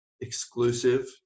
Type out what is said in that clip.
exclusive